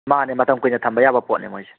ꯃꯥꯅꯦ ꯃꯇꯝ ꯀꯨꯏꯅ ꯊꯝꯕ ꯌꯥꯕ ꯄꯣꯠꯅꯦ ꯃꯣꯏꯖꯦ